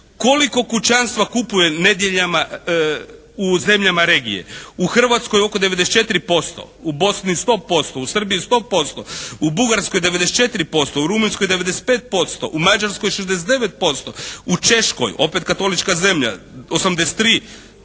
Koliko kućanstva kupuje nedjeljama u zemljama regije? U Hrvatskoj oko 94%, u Bosni 100%, u Srbiji 100%, u Bugarskoj 94%, u Rumunjskoj 95%, u Mađarskoj 69%, u Češkoj opet katolička zemlja 83,